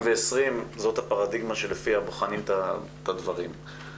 זאת הפרדיגמה שלפיה בוחנים את הדברים.